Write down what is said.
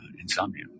insomnia